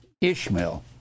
Ishmael